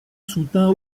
soutint